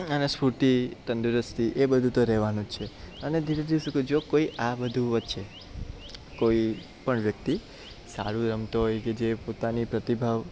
અને સ્ફૂર્તિ તંદુરસ્તી એ બધું તો રહેવાનું જ છે અને ધીરે ધીરે જો કોઈ આ બધું વચ્ચે કોઈપણ વ્યક્તિ સારું રમતો હોય કે જે પોતાની પ્રતિભા